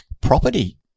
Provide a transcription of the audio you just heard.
property